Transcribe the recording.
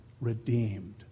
redeemed